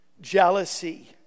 Jealousy